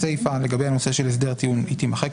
הסיפא לגבי הנושא של הסדר הטיעון תימחק,